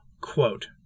quote